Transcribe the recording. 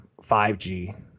5G